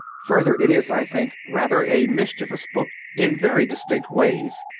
further, it is, i think, rather a mischievous book in very dis tinct ways,